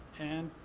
and,